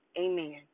amen